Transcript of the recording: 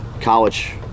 college